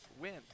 win